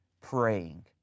praying